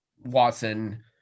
Watson